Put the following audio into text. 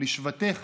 לשבטיך",